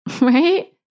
right